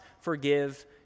forgive